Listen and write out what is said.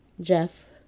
Jeff